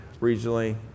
regionally